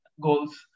goals